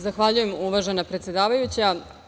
Zahvaljujem uvažena predsedavajuća.